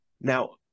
now